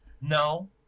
no